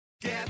Get